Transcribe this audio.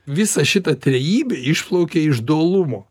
visa šita trejybė išplaukia iš dualumo